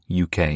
UK